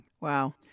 Wow